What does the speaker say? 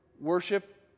worship